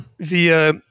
via